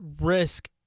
risk